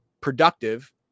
productive